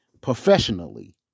professionally